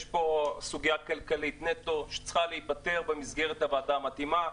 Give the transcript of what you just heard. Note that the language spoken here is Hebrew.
יש פה סוגיה כלכלית נטו שצריכה להיפתר במסגרת הוועדה המתאימה.